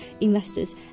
investors